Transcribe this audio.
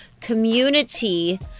community